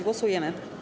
Głosujemy.